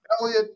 Elliot